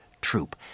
Troop